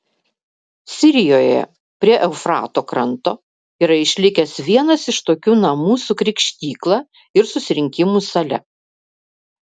sirijoje prie eufrato kranto yra išlikęs vienas iš tokių namų su krikštykla ir susirinkimų sale